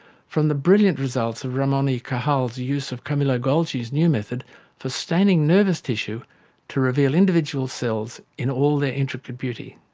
from the brilliant results of ramon y cajal's use of camillo golgi's new method for staining nervous tissue to reveal individual cells in all their intricate beauty.